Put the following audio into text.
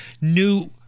new